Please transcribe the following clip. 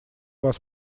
вас